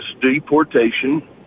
deportation